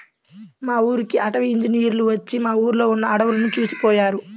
మా ఊరికి అటవీ ఇంజినీర్లు వచ్చి మా ఊర్లో ఉన్న అడువులను చూసిపొయ్యారు